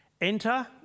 Enter